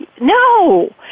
No